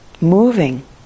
moving